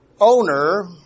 owner